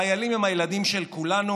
החיילים הם הילדים של כולנו.